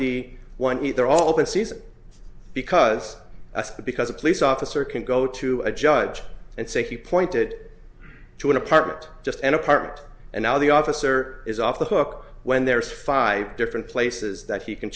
d one week they're all open season because that's the because a police officer can go to a judge and say he pointed to an apartment just an apartment and now the officer is off the hook when there's five different places that he can